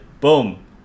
boom